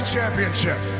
Championship